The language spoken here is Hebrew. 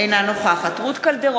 אינה נוכחת רות קלדרון,